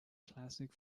classic